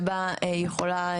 שבה יכולה